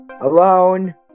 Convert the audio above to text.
Alone